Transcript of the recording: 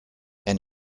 and